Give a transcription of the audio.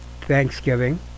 Thanksgiving